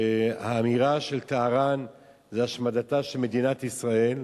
האמירה של טהרן זה השמדתה של מדינת ישראל,